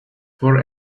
for